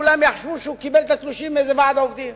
כולם יחשבו שהוא קיבל את התלושים מאיזה ועד עובדים,